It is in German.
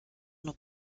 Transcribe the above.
nur